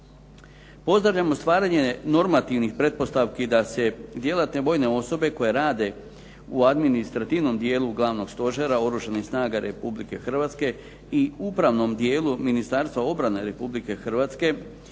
Pozdravljamo stvaranje normativnih pretpostavki da se djelatne vojne osobe koje rade u administrativnom dijelu Glavnog stožera Oružanih snaga Republike Hrvatske i upravnom dijelu Ministarstva obrane Republike Hrvatske